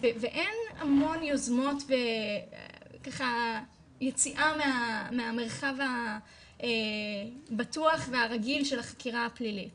ואין המון יוזמות ככה יציאה מהמרחב הבטוח והרגיל של החקירה הפלילית.